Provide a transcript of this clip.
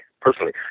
personally